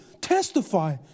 testify